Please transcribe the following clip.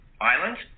islands